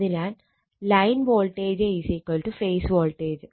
അതിനാൽ line voltage phase voltage